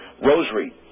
rosary